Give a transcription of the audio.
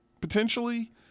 potentially